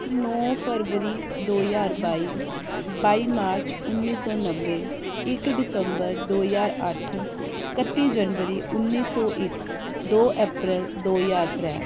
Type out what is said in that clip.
नौ फरबरी दो ज्हार बाई बाई मार्च उन्नी सौ नब्बै इक दिसम्बर दो ज्हार अट्ठ कत्ती जनवरी उन्नी सौ इक दो अप्रैल दो ज्हार त्रै